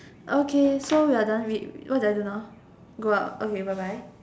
okay so we are done we what do we do now go out okay bye bye